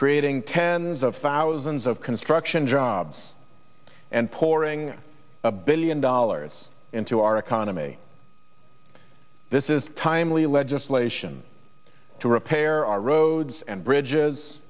creating tens of thousands of construction jobs and pouring a billion dollars into our economy this is timely legislation to repair our roads and bridges